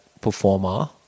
performer